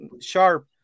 sharp